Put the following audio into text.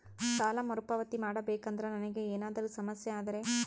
ಸಾಲ ಮರುಪಾವತಿ ಮಾಡಬೇಕಂದ್ರ ನನಗೆ ಏನಾದರೂ ಸಮಸ್ಯೆ ಆದರೆ?